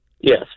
Yes